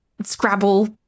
scrabble